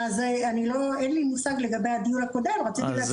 אז אין לי מושג לגבי הדיון הקודם.